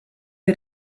wir